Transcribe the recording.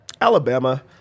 Alabama